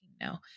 No